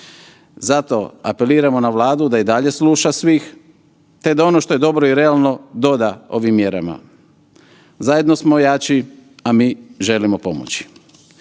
Zato apeliramo na Vladu da i dalje sluša svih te da ono što je dobro i realno doda ovim mjerama. Zajedno smo jači, a mi želimo pomoći.